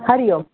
Hari Om